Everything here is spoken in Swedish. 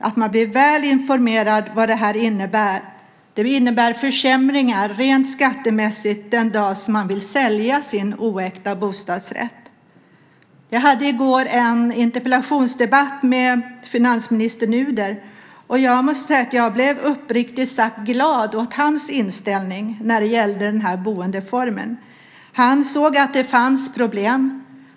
De ska bli väl informerade om vad det innebär. Det innebär försämringar rent skattemässigt den dag man vill sälja sin oäkta bostadsrätt. Jag hade i går en interpellationsdebatt med finansminister Nuder. Jag blev uppriktigt sagt glad åt hans inställning när det gällde den här boendeformen. Han såg att det fanns problem.